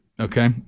Okay